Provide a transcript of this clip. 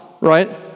right